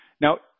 Now